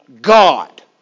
God